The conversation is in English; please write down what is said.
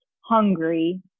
hungry